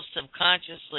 subconsciously